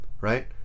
right